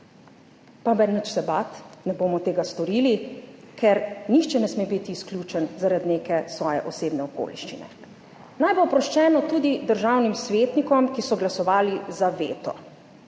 nič se bati, ne bomo tega storili, ker nihče ne sme biti izključen zaradi neke svoje osebne okoliščine. Naj bo oproščeno tudi državnim svetnikom, ki so glasovali za veto.